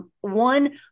one